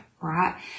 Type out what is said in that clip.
right